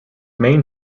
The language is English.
main